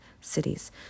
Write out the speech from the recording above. cities